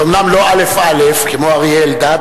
אומנם היא לא אל"ף-אל"ף כמו אריה אלדד,